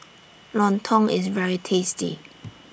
Lontong IS very tasty